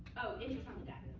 interest on the debt.